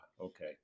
okay